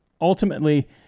ultimately